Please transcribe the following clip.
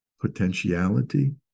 potentiality